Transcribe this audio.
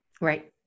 Right